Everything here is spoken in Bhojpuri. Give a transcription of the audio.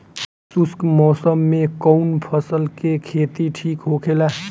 शुष्क मौसम में कउन फसल के खेती ठीक होखेला?